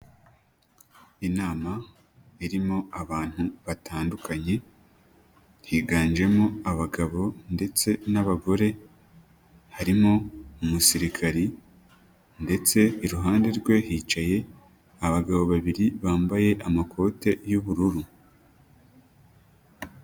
Inama, irimo abantu batandukanye, higanjemo abagabo ndetse n'abagore, harimo umusirikari, ndetse iruhande rwe hicaye, abagabo babiri bambaye amakote y'ubururu.